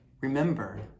remember